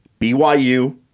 BYU